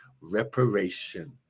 reparation